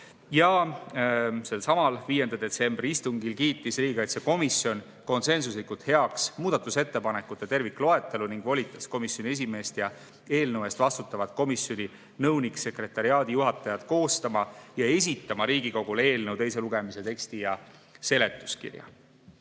Selsamal 5. detsembri istungil kiitis riigikaitsekomisjon konsensuslikult heaks muudatusettepanekute tervikloetelu ning volitas komisjoni esimeest ja eelnõu eest vastutavat komisjoni nõunikku-sekretariaadijuhatajat koostama ja esitama Riigikogule eelnõu teise lugemise teksti ja seletuskirja.